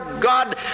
God